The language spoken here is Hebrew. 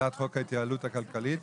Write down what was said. להצעת חוק ההתייעלות הכלכלית.